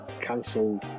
cancelled